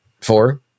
Four